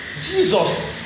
Jesus